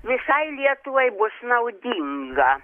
visai lietuvai bus naudinga